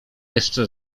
jeszcze